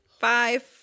Five